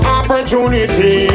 opportunity